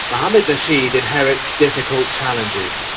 mohamed nasheed inherits difficult challenges.